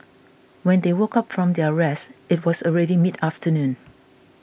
when they woke up from their rest it was already mid afternoon